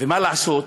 ומה לעשות,